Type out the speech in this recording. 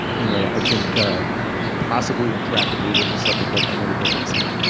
you know i think possibly interactively with the subject like emily dickinson.